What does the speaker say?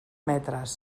metres